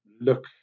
look